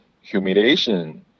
humiliation